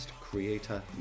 Creator